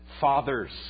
Fathers